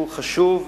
שהוא חשוב,